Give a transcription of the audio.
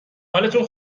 حالتون